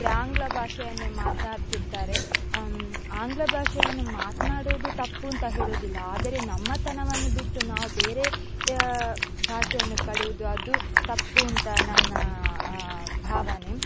ಅಂದರೆ ಆಂಗ್ಲ ಭಾಷೆಯನ್ನೇ ಮಾತನಾಡ್ತಿರ್ತಾರೆ ಆಂಗ್ಲ ಭಾಷೆಯನ್ನು ಮಾತ್ನಾಡುವುದು ತಪ್ಪಂತ ಹೇಳುವುದಿಲ್ಲ ಆದರೆ ನಮ್ಮತನವನ್ನು ಬಿಟ್ಟು ನಾವು ಬೇರೆಯ ಭಾಷೆಯನ್ನು ಕಲಿಯುವುದು ಅದು ತಪ್ಪು ಅಂತ ನನ್ನ ಭಾವನೆ